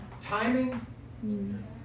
timing